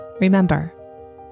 Remember